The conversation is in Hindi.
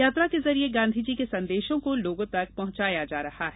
यात्रा के जरिए गांधीजी के संदेशों को लोगों तक पहुंचाया जा रहा है